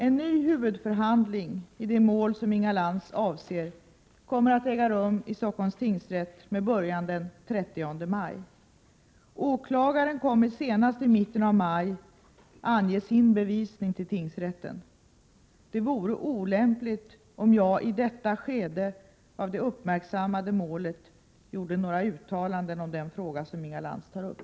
En ny huvudförhandling i det mål som Inga Lantz avser kommer att äga rum i Stockholms tingsrätt med början den 30 maj. Åklagaren kommer att senast i mitten av maj ange sin bevisning till tingsrätten. Det vore olämpligt om jag i detta skede av det uppmärksammade målet gjorde några uttalanden om den fråga som Inga Lantz tar upp.